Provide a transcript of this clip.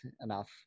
enough